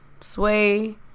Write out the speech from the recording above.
Sway